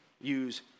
use